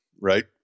right